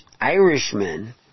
Irishmen